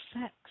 sex